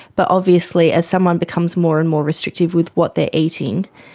but obviously as someone becomes more and more restrictive with what they're eating,